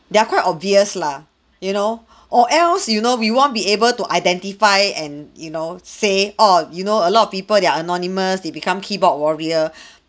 they're quite obvious lah you know or else you know we won't be able to identify and you know say oh you know a lot of people they're anonymous they become keyboard warrior